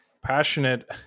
passionate